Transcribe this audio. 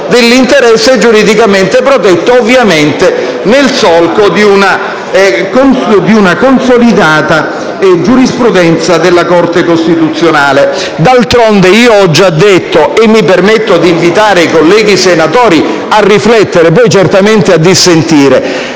dell'interesse giuridicamente protetto, ovviamente nel solco di una consolidata giurisprudenza della Corte costituzionale. D'altronde, come ho già detto - e mi permetto di invitare i colleghi senatori a riflettere, poi certamente a dissentire